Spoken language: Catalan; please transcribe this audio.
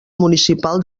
municipal